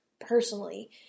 personally